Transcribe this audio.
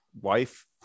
wife